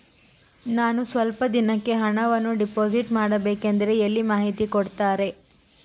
ನಾನು ಸ್ವಲ್ಪ ದಿನಕ್ಕೆ ಹಣವನ್ನು ಡಿಪಾಸಿಟ್ ಮಾಡಬೇಕಂದ್ರೆ ಎಲ್ಲಿ ಮಾಹಿತಿ ಕೊಡ್ತಾರೆ?